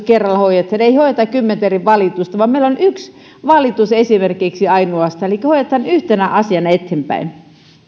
kerrallaan hoidettavana ei hoideta kymmentä eri valitusta vaan meillä on esimerkiksi ainoastaan yksi valitus jota hoidetaan yhtenä asiana eteenpäin